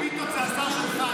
פיתות זה השר שלך,